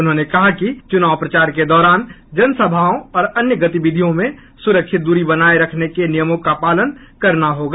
उन्होंने कहा कि चुनाव प्रचार के दौरान जनसमाओं और अन्य गतिविधियों में सुरक्षित दूरी बनाए रखने के नियमों का पालन करना होगा